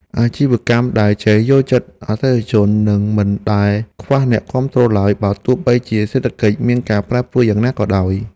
អាជីវកម្មដែលចេះយល់ចិត្តអតិថិជននឹងមិនដែលខ្វះអ្នកគាំទ្រឡើយ បើទោះបីជាសេដ្ឋកិច្ចមានការប្រែប្រួលយ៉ាងណាក៏ដោយ។